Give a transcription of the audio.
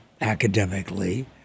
academically